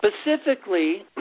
specifically